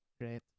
Great